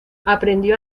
aprendió